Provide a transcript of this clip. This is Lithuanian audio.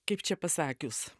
kaip čia pasakius